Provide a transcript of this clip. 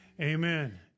Amen